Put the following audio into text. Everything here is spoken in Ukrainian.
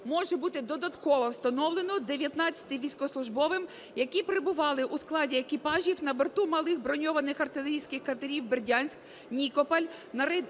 може бути додатково встановлено 19 військовослужбовцям, які перебували у складі екіпажів на борту малих броньованих артилерійських катерів "Бердянськ", "Нікополь" та рейдового